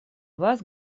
вас